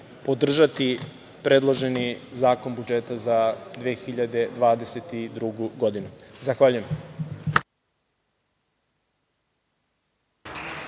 podržati predloženi zakon budžeta za 2022. godinu. Zahvaljujem.